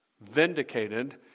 vindicated